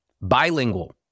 Bilingual